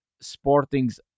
Sporting's